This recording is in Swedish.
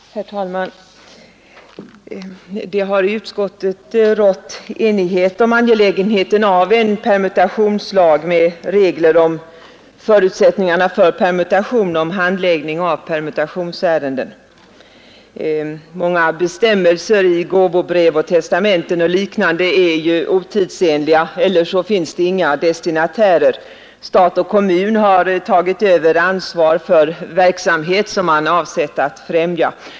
Herr talman! Det har i utskottet rått enighet om angelägenheten av en permutationslag med regler om förutsättningarna för permutation och om handläggning av permutationsärenden. Många bestämmelser i gåvobrev, testamenten och liknande är otidsenliga eller också finns det inga destinatärer. Stat och kommun har tagit över ansvaret för verksamhet som man avsett att främja.